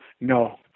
No